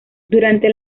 durante